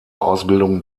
ausbildung